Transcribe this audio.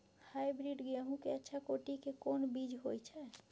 Hybrid गेहूं के अच्छा कोटि के कोन बीज होय छै?